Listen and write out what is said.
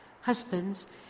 Husbands